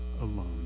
alone